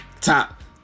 top